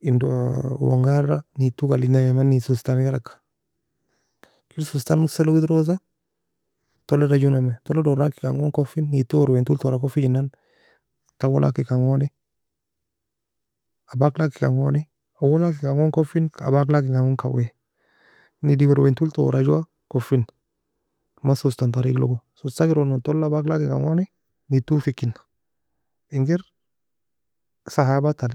endo owe ngara neid to ga alig namai man neid سوستة ne galag ka kir سوستة ga نص la odirosa tolida joe namai tola dorakin kengon koffin neid toe wer wer tora koffigenan tawo laken kan goni abak lakekan gon اول laken kan goni kawei neidi wer wer toue tora jowa koffina man سوستة طريق logo سوستة ga eron tola abak lakekan goni neid toe fekina engir سحابات ta alir.